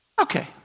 Okay